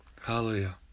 Hallelujah